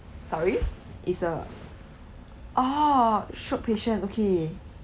sorry is a oh stroke patient okay